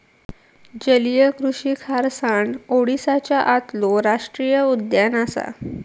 जलीय कृषि खारसाण ओडीसाच्या आतलो राष्टीय उद्यान असा